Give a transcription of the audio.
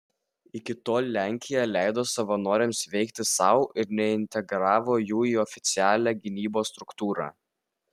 iki tol lenkija leido savanoriams veikti sau ir neintegravo jų į oficialią gynybos struktūrą